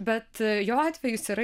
bet jo atvejis yra